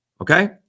Okay